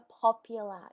popular